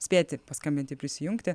spėti paskambinti prisijungti